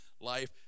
life